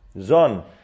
zon